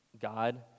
God